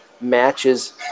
matches